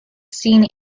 scene